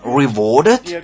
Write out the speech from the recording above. rewarded